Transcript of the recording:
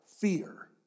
fear